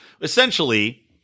Essentially